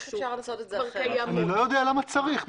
למה צריך?